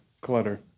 clutter